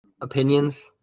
opinions